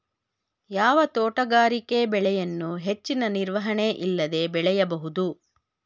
ಯಾವ ತೋಟಗಾರಿಕೆ ಬೆಳೆಯನ್ನು ಹೆಚ್ಚಿನ ನಿರ್ವಹಣೆ ಇಲ್ಲದೆ ಬೆಳೆಯಬಹುದು?